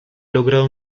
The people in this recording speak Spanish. logrado